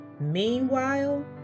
Meanwhile